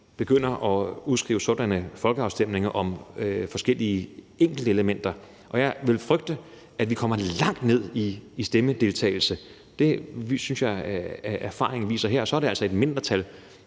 begynder at udskrive sådanne folkeafstemninger om forskellige enkeltelementer, og jeg vil frygte, at vi kommer langt ned i stemmedeltagelse. Det synes jeg erfaringen viser her, og så er det altså et mindretal